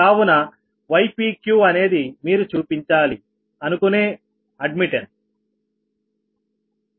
కావున ypqఅనేది మీరు చూపించాలి అనుకునే అడ్మిట్టన్స్